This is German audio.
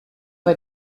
war